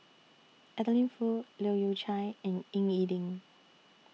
Adeline Foo Leu Yew Chye and Ying E Ding